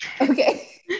Okay